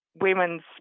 women's